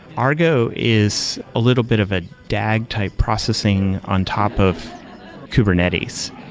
argo is a little bit of a dag-type processing on top of kubernetes.